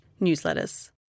newsletters